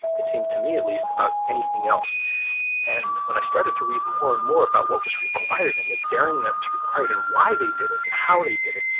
it seemed to me at least, about anything else and when i started to read more and more about what was required and the daring that was required and why they did it and how they did it,